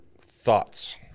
thoughts